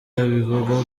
abivuga